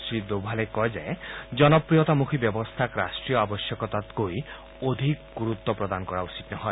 শ্ৰী ডোভালে কয় যে জনপ্ৰিয়তামুখী ব্যৱস্থাক ৰাষ্ট্ৰীয় আৱশ্যকতাতকৈ অধিক গুৰুত্ব প্ৰদান কৰা উচিত নহয়